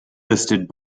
listed